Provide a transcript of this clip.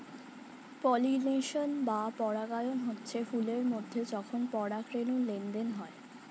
pollination বা পরাগায়ন হচ্ছে ফুল এর মধ্যে যখন পরাগ রেণুর লেনদেন হয়